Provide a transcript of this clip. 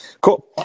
Cool